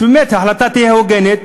שבאמת ההחלטה תהיה הוגנת,